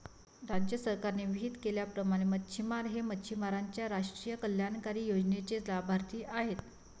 राज्य सरकारने विहित केल्याप्रमाणे मच्छिमार हे मच्छिमारांच्या राष्ट्रीय कल्याणकारी योजनेचे लाभार्थी आहेत